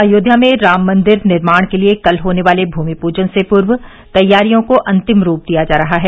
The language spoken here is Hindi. अयोध्या में राम मंदिर निर्माण के लिए कल होने वाले भूमि पूजन से पूर्व तैयारियों को अंतिम रूप दिया जा रहा है